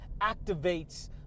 activates